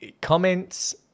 comments